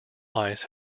ice